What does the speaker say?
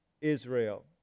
Israel